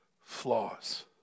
flaws